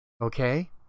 Okay